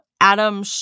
Adam